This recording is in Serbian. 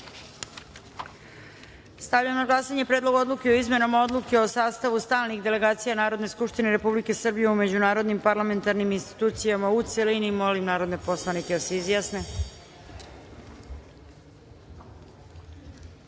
odluke. Stavljam na glasanje Predlog odluke o izmenama odluke o sastavu stalnih delegacija Narodne skupštine Republike Srbije u međunarodnim parlamentarnim institucijama, u celini. Molim narodne poslanike da se